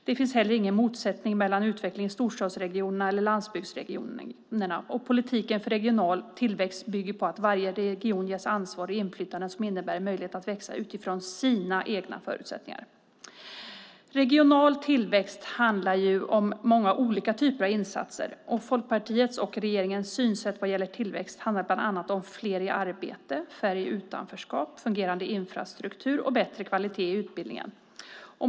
Det finns heller ingen motsättning mellan utveckling i storstadsregionerna och i landsbygdsregionerna. Politiken för regional tillväxt bygger på att varje region ges ansvar och inflytande som innebär möjligheter att växa utifrån sina egna förutsättningar. Regional tillväxt handlar om många olika typer av insatser. Folkpartiets och regeringens synsätt vad gäller tillväxt handlar bland annat om fler i arbete, färre i utanförskap, fungerande infrastruktur och bättre kvalitet i utbildningen.